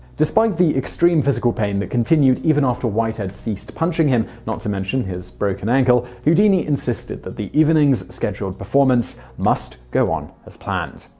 despite the extreme physical pain that continued even after whitehead ceased punching him, not to mention his broken ankle, houdini insisted the evening's scheduled performance must go on as planned.